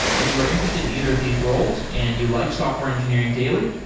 if you are interested in either of these roles and you like software engineering daily,